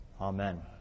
Amen